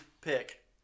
pick